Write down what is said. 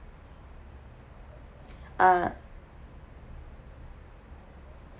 uh